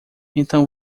então